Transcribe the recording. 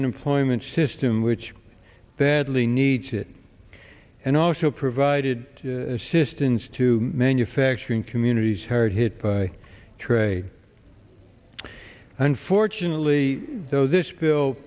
unemployment system which badly needs it and also provided assistance to manufacturing communities hard hit by trade unfortunately though this bill